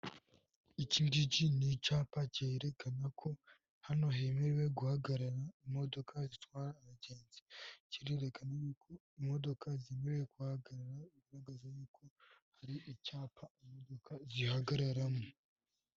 Iki ngiki ni icyapa kerekana ko hano hemerewe guhagarara imodoka zitwara abagenzi kirerekana yuko imodoka zemerewe kuhahagarara bigaragaza yuko hari icyapa imodoka zihagararamo.